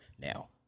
now